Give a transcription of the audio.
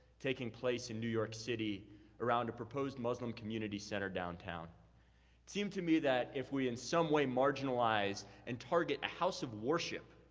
taking place in new york city around a proposed muslim community center downtown. it seemed to me that if we in some way marginalize and target a house of worship,